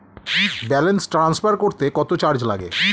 Balance transfer করতে কত charge লাগে?